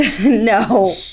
No